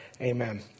Amen